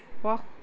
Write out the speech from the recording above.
ವಾಹ್